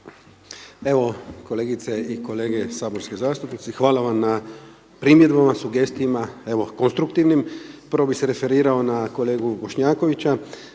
Evo kolegice i kolege saborski zastupnici, hvala vam na primjedbama, sugestijama evo konstruktivnim. Prvo bih se referirao na kolegu Bošnjakovića.